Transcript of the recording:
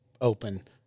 open